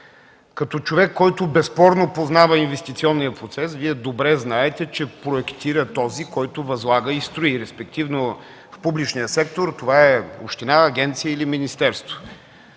Като човек, който безспорно познава инвестиционния процес, Вие добре знаете, че проектира този, който възлага и строи. Респективно в публичния сектор това е община, агенция или министерство.